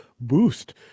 boost